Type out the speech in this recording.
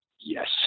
yes